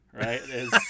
Right